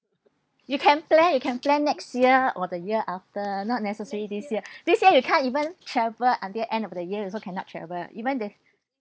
you can plan you can plan next year or the year after not necessary this year this year you can't even travel until end of the year you also cannot travel even the